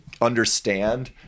understand